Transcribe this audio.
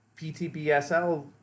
PTBSL